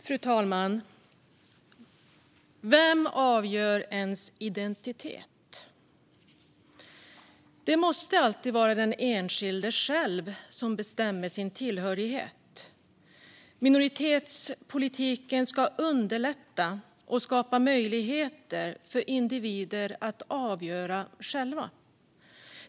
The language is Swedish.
Fru talman! Vem avgör ens identitet? Det måste alltid vara den enskilde själv som bestämmer sin tillhörighet. Minoritetspolitiken ska underlätta och skapa möjligheter för individer att själva avgöra.